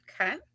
okay